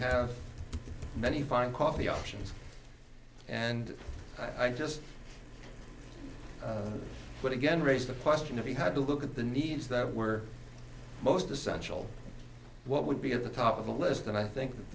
have many fine coffee options and i just but again raised the question if he had to look at the needs that were most essential what would be at the top of the list and i think that